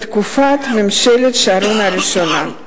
בתקופת ממשלת שרון הראשונה.